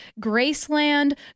graceland